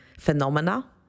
phenomena